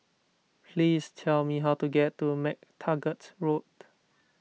please tell me how to get to MacTaggart Road